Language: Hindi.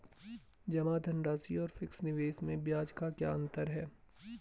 जमा धनराशि और फिक्स निवेश में ब्याज का क्या अंतर है?